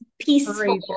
peaceful